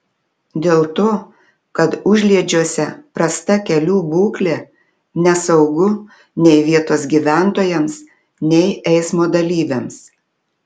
dėl to kad užliedžiuose prasta kelių būklė nesaugu nei vietos gyventojams nei eismo dalyviams